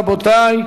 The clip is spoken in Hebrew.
רבותי,